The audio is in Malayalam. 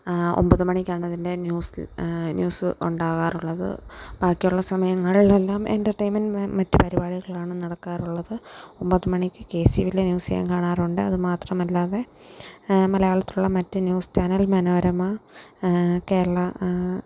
ഒമ്പത് മണിക്കാണ് അതിൻ്റെ ന്യൂസ്ല് ന്യൂസ് ഉണ്ടാകാറുള്ളത് ബാക്കി ഉള്ള സമയങ്ങളിൽ എല്ലാം എൻ്റർടൈൻമെന്റ് മറ്റ് പരിപാടികളാണ് നടക്കാറുള്ളത് ഒമ്പത് മണിക്ക് കെ എസ് ഇ വി യിലെ ന്യൂസ് ഞാൻ കാണാറുണ്ട് അത് മാത്രമല്ലാതെ മലയാളത്തിൽ ഉള്ള മറ്റ് ന്യൂസ് ചാനൽ മനോരമ കേരള